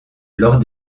lors